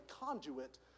conduit